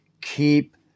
Keep